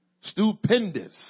stupendous